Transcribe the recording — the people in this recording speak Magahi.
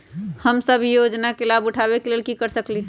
हम सब ई योजना के लाभ उठावे के लेल की कर सकलि ह?